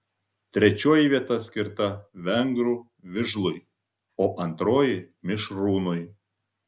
trečioji vieta skirta vengrų vižlui o antroji mišrūnui